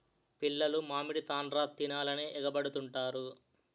పిల్లలు మామిడి తాండ్ర తినాలని ఎగబడుతుంటారు